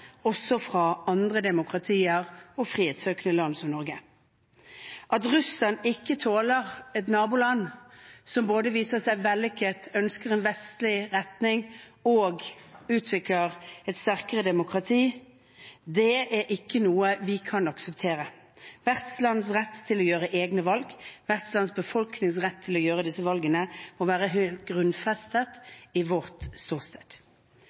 også fra andre demokratier og frihetssøkende land, som Norge. At Russland ikke tåler et naboland som både viser seg vellykket, ønsker en vestlig retning og utvikler et sterkere demokrati, er ikke noe vi kan akseptere. Hvert lands rett til å gjøre egne valg, hvert lands befolknings rett til å gjøre disse valgene, må være grunnfestet i vårt ståsted.